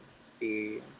see